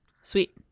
Sweet